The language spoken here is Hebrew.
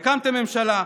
הקמתם ממשלה,